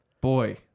Boy